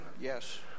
yes